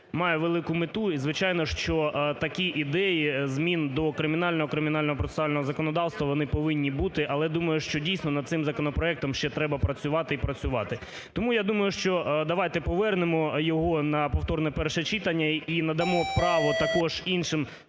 має велику мету і, звичайно, що такі ідеї змін до кримінального, кримінального процесуального законодавства вони повинні бути, але думаю, що дійсно над цим законопроектом треба ще працювати і працювати. Тому я думаю, що давайте повернемо його на повторне перше читання і надамо право також іншим